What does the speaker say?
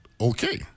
okay